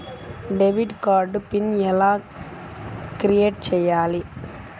Debit card PIN ఎలా create చెయ్యాలి?